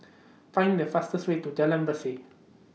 Find The fastest Way to Jalan Berseh